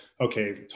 okay